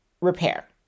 repair